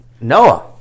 Noah